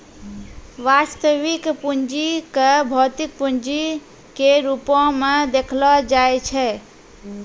वास्तविक पूंजी क भौतिक पूंजी के रूपो म देखलो जाय छै